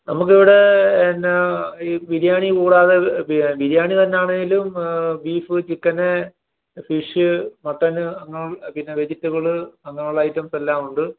നമുക്കിവിടെ പിന്നെ ഈ ബിരിയാണി കൂടാതെ ബി ബിരിയാണി തന്നാണേലും ബീഫ് ചിക്കന് ഫിഷ് മട്ടന് അങ്ങനുള്ള പിന്നെ വെജിറ്റബിള് അങ്ങനെയുള്ള ഐറ്റംസെല്ലാവുണ്ട്